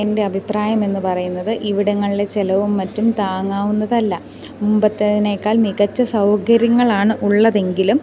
എൻ്റെ അഭിപ്രായം എന്നു പറയുന്നത് ഇവിടങ്ങളിലെ ചിലവും മറ്റും താങ്ങാവുന്നതല്ല മുമ്പത്തേതിനേക്കാൾ മികച്ച സൗകര്യങ്ങളാണ് ഉള്ളതെങ്കിലും